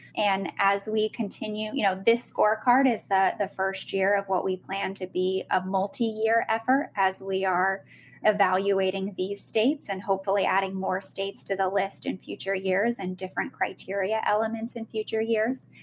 and as we continue, you know this scorecard is the the first year of what we plan to be a multi-year effort as we are evaluating these states and hopefully adding more states to the list in future years and different criteria elements in future years,